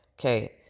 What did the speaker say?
okay